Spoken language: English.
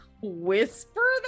whisper